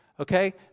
Okay